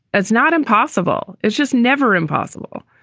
that's not impossible. it's just never impossible.